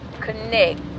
connect